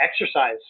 exercise